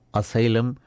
asylum